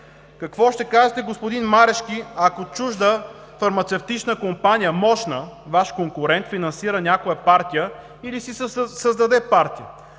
Какво ще кажете, господин Марешки, ако чужда фармацевтична мощна компания – Ваш конкурент, финансира някоя партия или си създаде партия,